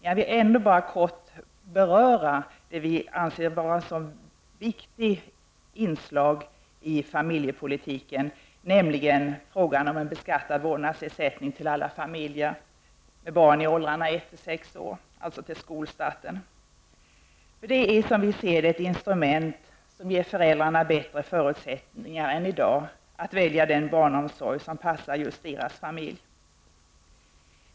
Jag vill ändå kort beröra det som vi anser vara ett viktigt inslag i familjepolitiken, nämligen frågan om beskattad vårdnadsersättning till alla familjer med barn i åldrarna ett till sex år, alltså fram till skolstarten. Det är ett instrument som ger föräldrarna bättre förutsättningar än i dag att välja den barnomsorg som passar just deras familjer.